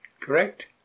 Correct